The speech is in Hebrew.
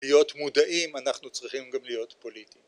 להיות מודעים אנחנו צריכים גם להיות פוליטיים